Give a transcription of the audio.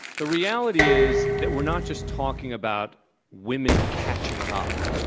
the reality is that we're not just talking about women catching up.